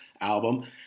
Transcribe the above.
album